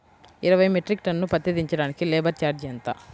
ఇరవై metric tonne పత్తి దించటానికి లేబర్ ఛార్జీ ఎంత?